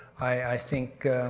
i think,